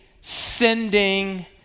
sending